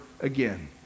again